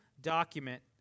document